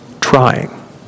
trying